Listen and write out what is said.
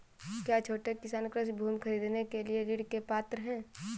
क्या छोटे किसान कृषि भूमि खरीदने के लिए ऋण के पात्र हैं?